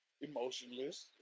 emotionless